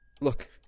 Look